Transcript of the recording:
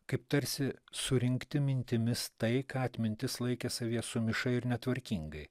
kaip tarsi surinkti mintimis tai ką atmintis laikė savyje sumišai ir netvarkingai